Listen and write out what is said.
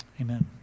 Amen